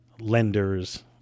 lenders